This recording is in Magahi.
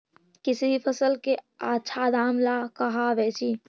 किसी भी फसल के आछा दाम ला कहा बेची?